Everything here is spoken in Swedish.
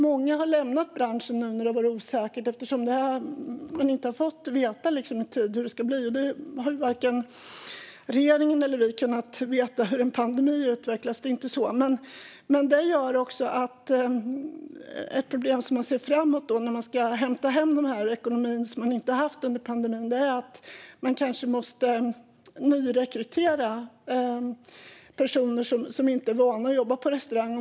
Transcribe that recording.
Många har lämnat branschen nu när det har varit osäkert, eftersom de inte har fått veta i tid hur det ska bli. Varken regeringen eller vi har ju kunnat veta hur pandemin utvecklas. Ett problem som man ser framåt, när man ska hämta hem den ekonomi som man inte har haft under pandemin, är att man kanske måste nyrekrytera personer som inte är vana vid att jobba på restaurang.